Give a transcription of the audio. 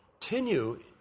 continue